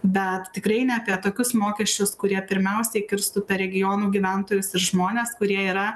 bet tikrai ne apie tokius mokesčius kurie pirmiausiai kirstų per regionų gyventojus ir žmones kurie yra